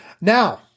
Now